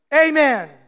Amen